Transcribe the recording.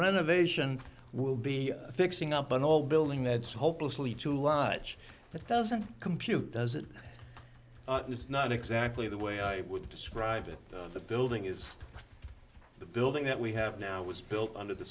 renovation will be fixing up an all building that's hopelessly to lauch that doesn't compute does it and it's not exactly the way i would describe it the building is the building that we have now was built under the